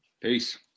Peace